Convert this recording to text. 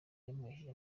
yamuhesheje